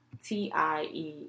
T-I-E